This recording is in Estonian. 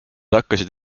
hakkasid